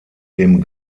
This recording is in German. dem